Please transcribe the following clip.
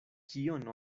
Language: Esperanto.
kion